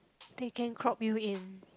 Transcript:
they can crop you in